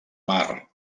mar